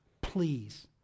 Please